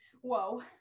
whoa